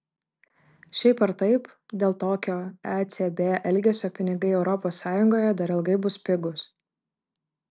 šiaip ar taip dėl tokio ecb elgesio pinigai europos sąjungoje dar ilgai bus pigūs